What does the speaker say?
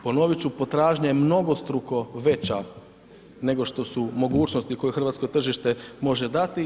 Ponovit ću, potražnja je mnogostruko veća nego što su mogućnosti koje hrvatskog tržište može dati.